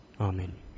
Amen